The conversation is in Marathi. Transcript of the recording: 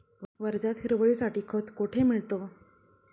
वर्ध्यात हिरवळीसाठी खत कोठे मिळतं?